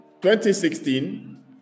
2016